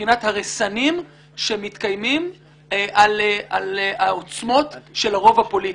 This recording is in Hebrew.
מבחינת הרסנים שמתקיימים על העוצמות של הרוב הפוליטי.